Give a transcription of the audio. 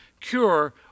cure